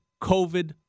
COVID